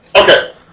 Okay